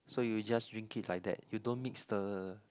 so you just drink it like that you don't mix the